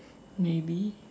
maybe